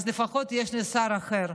לפחות יש לי שר אחר.